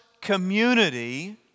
community